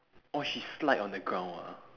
orh she slide on the ground ah